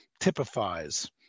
typifies